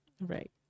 right